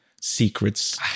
secrets